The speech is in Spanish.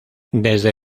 desde